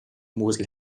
mosel